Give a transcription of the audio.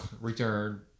return